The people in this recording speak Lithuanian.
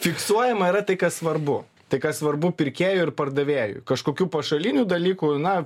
fiksuojama yra tai kas svarbu tai kas svarbu pirkėjui ir pardavėjui kažkokių pašalinių dalykų na